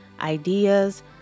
ideas